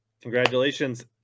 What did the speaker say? Congratulations